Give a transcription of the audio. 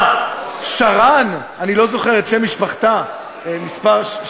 מה, שרן, אני לא זוכר את שם משפחתה, שרן